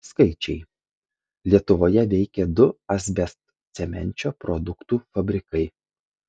skaičiai lietuvoje veikė du asbestcemenčio produktų fabrikai